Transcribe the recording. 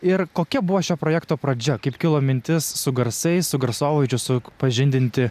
ir kokia buvo šio projekto pradžia kaip kilo mintis su garsais su garsovaizdžiu supažindinti